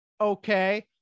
Okay